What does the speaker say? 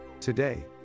today